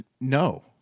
No